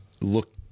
look